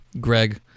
Greg